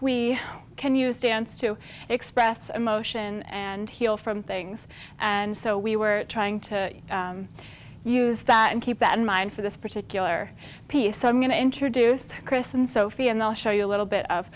we can use dance to express emotion and heal from things and so we were trying to use that and keep that in mind for this particular piece so i'm going to introduce chris and sophie and i'll show you a little bit of